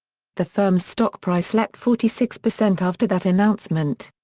the firm's stock price leapt forty six percent after that announcement.